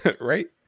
Right